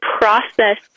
process